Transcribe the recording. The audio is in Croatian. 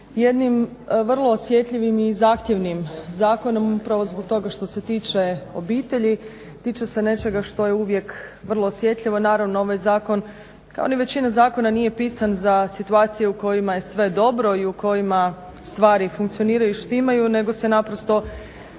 jednim vrlo osjetljivim i zahtjevnim zakonom upravo zbog toga što se tiče obitelji, tiče se nečega što je uvijek vrlo osjetljivo. Naravno ovaj zakon kao ni većina zakona nije pisan za situacije u kojima je sve dobro i u kojima stvari funkcioniraju i štimaju nego se naprosto